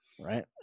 Right